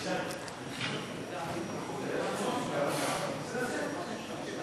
הנושא לוועדת העבודה, הרווחה והבריאות נתקבלה.